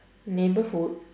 neighbourhood